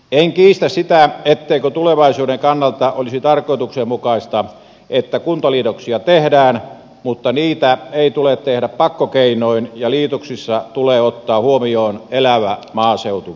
en kiistä sitä etteikö tulevaisuuden kannalta olisi tarkoituksenmukaista että kuntaliitoksia tehdään mutta niitä ei tule tehdä pakkokeinoin ja liitoksissa tulee ottaa huomioon elävä maaseutumme